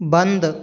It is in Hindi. बंद